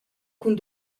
cun